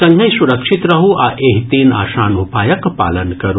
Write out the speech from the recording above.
संगहि सुरक्षित रहू आ एहि तीन आसान उपायक पालन करू